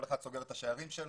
כל אחד סוגר את השערים שלו,